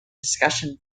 discussion